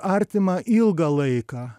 artima ilgą laiką